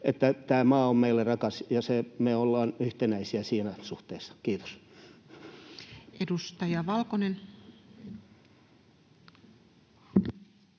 että tämä maa on meille rakas ja me olemme yhtenäisiä siinä suhteessa. — Kiitos. Edustaja Valkonen.